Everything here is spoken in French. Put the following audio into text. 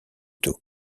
tôt